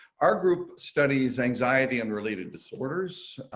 our group studies anxiety and related disorders.